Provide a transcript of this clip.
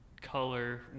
color